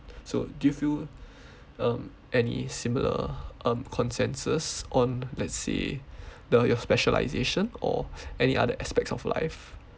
so do you fell um any similar um consensus on let's see the your specialisation or any other aspects of life